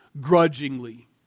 grudgingly